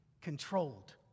controlled